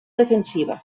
defensiva